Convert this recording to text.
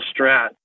strat